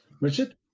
Richard